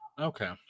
Okay